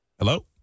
Hello